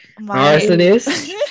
Arsonist